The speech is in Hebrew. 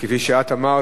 כפי שאת אמרת,